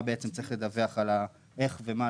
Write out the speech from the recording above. בעצם יש שם משהו שמוסדר ורצינו שזה יהיה ברור איך המוסד